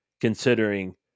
considering